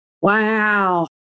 Wow